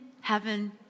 heaven